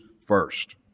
first